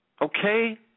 Okay